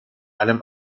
allem